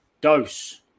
Dose